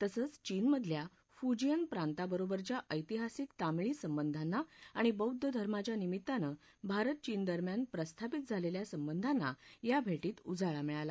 तसंच चीनमधल्या फुजीयन प्रांताबरोबरच्या ऐतिहासिक तमिळी संबंधांना आणि बौद्ध धर्माच्या निमित्ताने भारत चीनदरम्यान प्रस्थापित झालेल्या संबंधांना या भेटीत उजाळा मिळाला